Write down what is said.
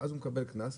ואז הוא מקבל קנס,